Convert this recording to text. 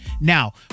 Now